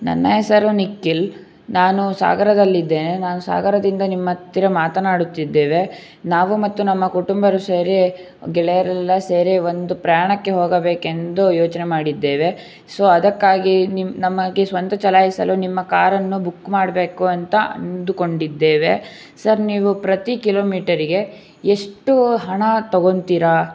ನನ್ನ ಹೆಸರು ನಿಖಿಲ್ ನಾನು ಸಾಗರದಲ್ಲಿದ್ದೇನೆ ನಾನು ಸಾಗರದಿಂದ ನಿಮ್ಮ ಹತ್ತಿರ ಮಾತನಾಡುತ್ತಿದ್ದೇವೆ ನಾವು ಮತ್ತು ನಮ್ಮ ಕುಟುಂಬದವ್ರು ಸೇರಿ ಗೆಳೆಯರೆಲ್ಲಾ ಸೇರಿ ಒಂದು ಪ್ರಯಾಣಕ್ಕೆ ಹೋಗಬೇಕೆಂದು ಯೋಚನೆ ಮಾಡಿದ್ದೇವೆ ಸೊ ಅದಕ್ಕಾಗಿ ನಿಮ್ಮ ನಮಗೆ ಸ್ವಂತ ಚಲಾಯಿಸಲು ನಿಮ್ಮ ಕಾರನ್ನು ಬುಕ್ ಮಾಡಬೇಕು ಅಂತ ಅಂದುಕೊಂಡಿದ್ದೇವೆ ಸರ್ ನೀವು ಪ್ರತಿ ಕಿಲೋಮೀಟರಿಗೆ ಎಷ್ಟು ಹಣ ತೊಗೊತಿರಾ